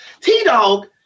T-Dog